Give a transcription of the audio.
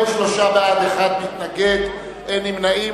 43 בעד, מתנגד אחד, אין נמנעים.